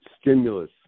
stimulus